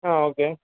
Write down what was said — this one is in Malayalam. ആ ഓക്കേ